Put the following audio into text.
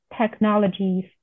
technologies